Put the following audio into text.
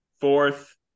fourth